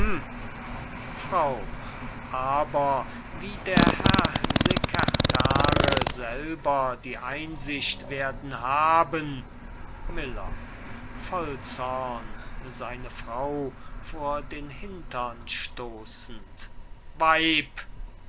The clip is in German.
frau aber wie der herr sekertare selber die einsicht werden haben miller voll zorn seine frau vor den hintern stoßend weib